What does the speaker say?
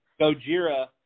gojira